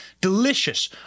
delicious